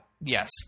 Yes